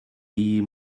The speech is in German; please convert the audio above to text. die